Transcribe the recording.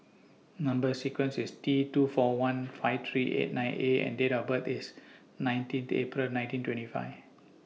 Number sequence IS T two four one five three eight nine A and Date of birth IS nineteen The April nineteen twenty five